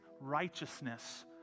righteousness